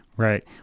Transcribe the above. Right